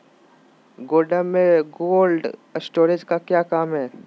गोडम में cold storage का क्या काम है?